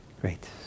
great